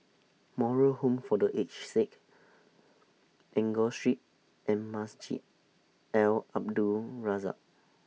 Moral Home For The Aged Sick Enggor Street and Masjid Al Abdul Razak